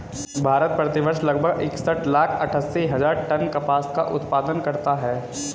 भारत, प्रति वर्ष लगभग इकसठ लाख अट्टठासी हजार टन कपास का उत्पादन करता है